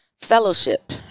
Fellowship